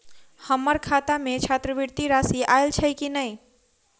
हम्मर खाता मे छात्रवृति राशि आइल छैय की नै?